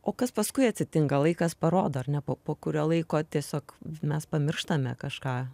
o kas paskui atsitinka laikas parodo ar ne po po kurio laiko tiesiog mes pamirštame kažką